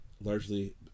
largely